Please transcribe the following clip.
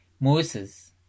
Moses